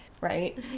right